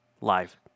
live